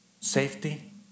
safety